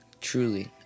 truly